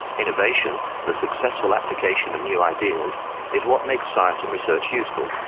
innovation the successful application of new ideas is what makes science and research useful.